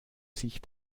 sich